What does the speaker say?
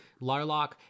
Larlock